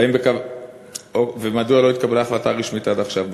2. מדוע לא התקבלה עד עכשיו החלטה רשמית בנושא?